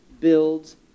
builds